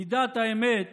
מידת האמת